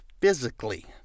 physically